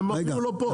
הם אפילו לא פה.